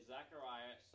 Zechariah